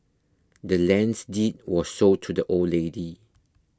the land's deed was sold to the old lady